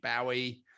Bowie